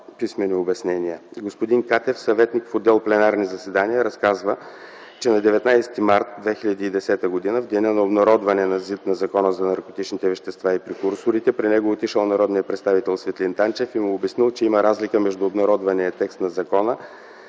писмени обяснения. Господин Стефан Катев - съветник в отдел „Пленарни заседания”, разказа, че на 19 март 2010 г., в деня на обнародване на ЗИД на Закона за наркотичните вещества и прекурсорите, при него отишъл народният представител Светлин Танчев и му обяснил, че има разлика между обнародвания текст на закона